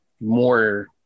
more